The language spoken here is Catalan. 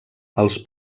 els